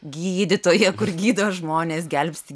gydytoją kur gydo žmones gelbsti